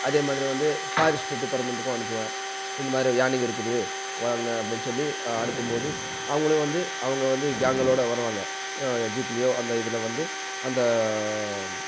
அதே மாதிரி வந்து ஃ பாரஸ்ட்டு டிபார்ட்மெண்ட்டுக்கும் அனுப்புவேன் இந்த மாதிரி யானைகள் இருக்குது வாங்க அப்படினு சொல்லி அனுப்பும் போது அவர்களும் வந்து அவங்க வந்து கேங்குங்களோடு வருவாங்க ஜீப்லையோ அந்த இதில் வந்து அந்த